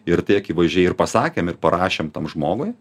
ir tai akivaizdžiai ir pasakėm ir parašėm tam žmogui